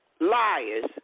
liars